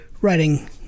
writing